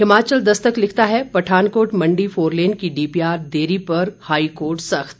हिमाचल दस्तक लिखता है पठानकोट मंडी फोरलेन की डीपीआर देरी पर हाईकोर्ट सख्त